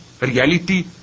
reality